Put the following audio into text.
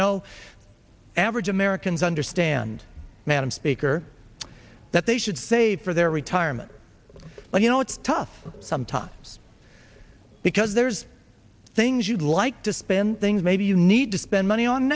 know average americans understand madam speaker that they should save for their retirement but you know it's tough sometimes because there's things you'd like to spend things maybe you need to spend money on